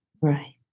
Right